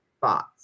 thoughts